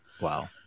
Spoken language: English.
Wow